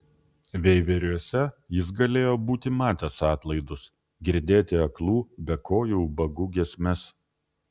veiveriuose jis galėjo būti matęs atlaidus girdėti aklų bekojų ubagų giesmes